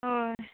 हय